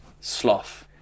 sloth